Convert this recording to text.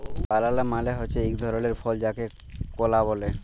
বালালা মালে হছে ইক ধরলের ফল যাকে কলা ব্যলে